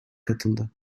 katıldı